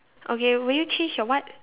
okay will you change your what